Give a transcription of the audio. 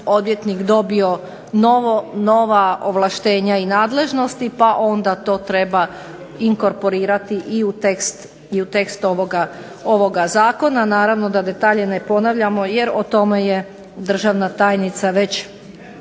odvjetnik dobio nova ovlaštenja i nadležnosti, pa onda to treba inkorporirati i u tekst ovoga zakona. Naravno da detalje ne ponavljamo jer o tome je državna tajnica već